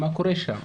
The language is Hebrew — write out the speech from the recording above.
מה קורה שם.